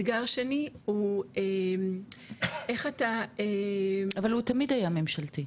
אתגר שני הוא איך אתה -- אבל הוא תמיד היה ממשלתי.